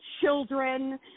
children